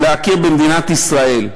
להכיר במדינת ישראל.